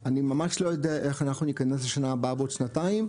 אני ממש לא יודע איך אנחנו נכנס בשנה הבאה ובעוד שנתיים,